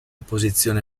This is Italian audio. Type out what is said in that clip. posizione